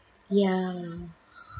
ya